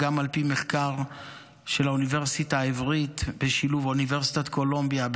גם על פי מחקר של האוניברסיטה העברית בשילוב אוניברסיטת קולומביה,